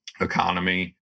economy